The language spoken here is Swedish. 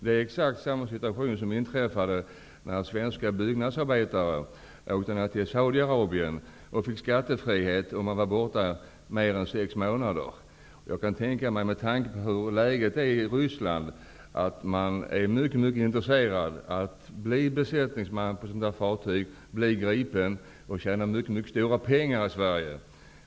Det är exakt samma situation som inträffade när svenska byggnadsarbetare åkte ner till Saudi Arabien och blev befriade från skatt om de var borta mer än 6 Med hänsyn till hur läget är i Ryssland, kan jag tänka mig att många är intresserade av att få bli besättningsmän på dessa fartyg, bli gripna och sedan tjäna stora pengar i Sverige.